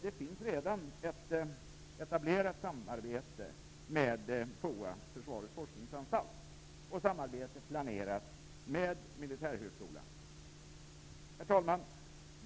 Det finns redan ett etablerat samarbete med FOA, Försvarets forskningsanstalt, och samarbete planeras med Militärhögskolan. Herr talman!